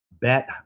bet